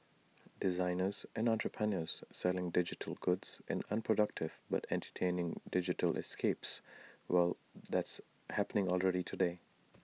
designers and entrepreneurs selling digital goods in unproductive but entertaining digital escapes well that's happening already today